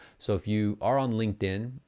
so if you are on linkedin,